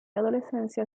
adolescencia